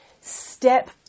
step